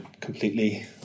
completely